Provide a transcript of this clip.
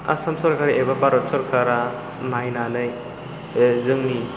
आसाम सोरखारि एबा भारत सोरखारा नायनानै जोंनि